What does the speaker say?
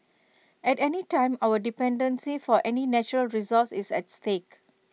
at any time our dependency for any natural resource is at stake